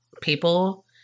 people